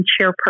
chairperson